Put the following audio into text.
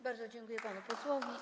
Bardzo dziękuję panu posłowi.